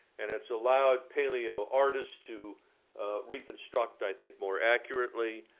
and it's allowed paleoartists to reconstruct, i think more accurately,